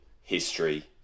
history